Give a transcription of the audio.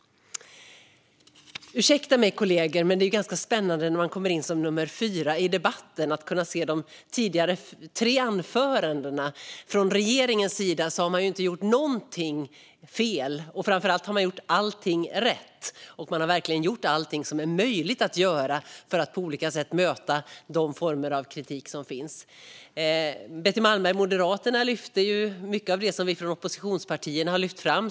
Ursäkta mig, kollegor, men det är spännande när man kommer in i debatten som fjärde talare och har hört de tre föregående anförandena. Från regeringens sida har man inte gjort någonting fel. Framför allt har man gjort allting rätt. Man har verkligen gjort allting som är möjligt att göra för att på olika sätt möta de former av kritik som finns. Betty Malmberg från Moderaterna tog upp mycket av det som vi i oppositionspartierna har lyft fram.